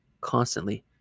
constantly